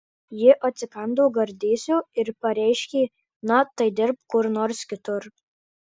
ji atsikando gardėsio ir pareiškė na tai dirbk kur nors kitur